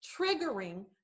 triggering